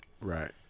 Right